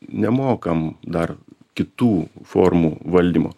nemokam dar kitų formų valdymo